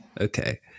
Okay